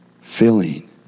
filling